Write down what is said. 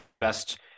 best